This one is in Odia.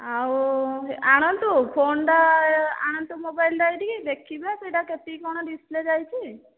ଆଉ ଆଣନ୍ତୁ ଫୋନଟା ଆଣନ୍ତୁ ମୋବାଇଲ ଟା ଏଇଠିକି ଦେଖିବା ସେଇଟା କେତେକି କ'ଣ ଡିସପ୍ଲେ ଯାଇଛି